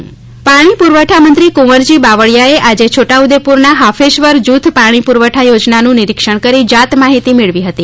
null Se Jal પાણી પુરવઠામંત્રી કુંવરજી બાવળિયાએ આજે છોટા ઉદેપુરનાં હાફેશ્વર જૂથ પાણી પુરવઠા યોજનાનું નિરિક્ષણ કરી જાત માહિતી મેળવી હતી